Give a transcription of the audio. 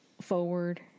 forward